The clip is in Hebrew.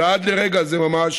ועד לרגע זה ממש,